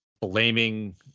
blaming